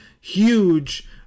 huge